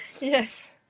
Yes